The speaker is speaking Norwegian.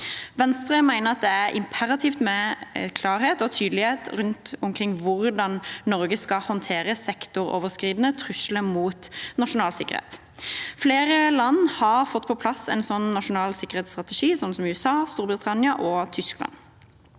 Venstre mener det er imperativt med klarhet og tydelighet omkring hvordan Norge skal håndtere sektoroverskridende trusler mot nasjonal sikkerhet. Flere land har fått på plass en sånn nasjonal sikkerhetsstrategi, som USA, Storbritannia og Tyskland.